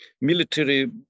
Military